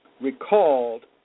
recalled